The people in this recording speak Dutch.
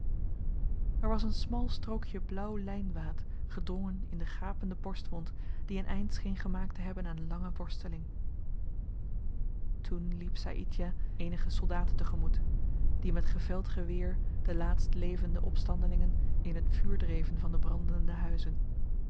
er was een smal strookje blauw lynwaad gedrongen in de gapende borstwond die een eind scheen gemaakt te hebben aan lange worsteling toen liep saïdjah eenige soldaten te-gemoet die met geveld geweer de laatstlevende opstandelingen in t vuur dreven van de brandende huizen